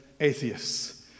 atheists